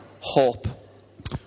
hope